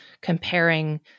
comparing